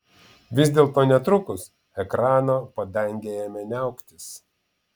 vis dėlto netrukus ekrano padangė ėmė niauktis